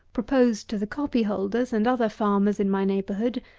proposed to the copyholders and other farmers in my neighbourhood,